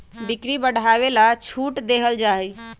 बिक्री के बढ़ावे ला छूट देवल जाहई